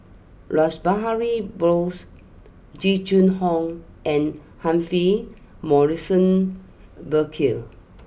Rash Behari Bose Jing Jun Hong and Humphrey Morrison Burkill